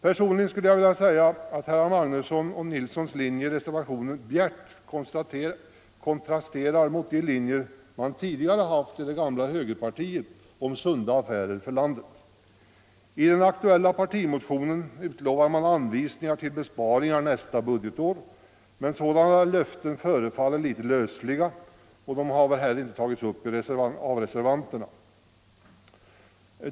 Personligen skulle jag vilja säga att herrar Magnussons och Nilssons linje i reservationen bjärt kontrasterar mot de linjer som man tidigare följt i det gamla högerpartiet om sunda affärer för landet. I den aktuella partimotionen utlovar man anvisningar på besparingar nästa budgetår, men sådana löften förefaller litet lösliga, och de har väl heller inte tagits upp av reservanterna.